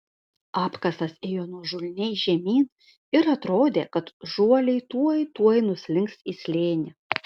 apkasas ėjo nuožulniai žemyn ir atrodė kad žuoliai tuoj tuoj nuslinks į slėnį